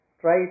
Try